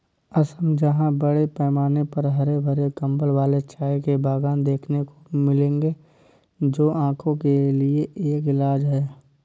असम जहां बड़े पैमाने पर हरे भरे कंबल वाले चाय के बागान देखने को मिलेंगे जो आंखों के लिए एक इलाज है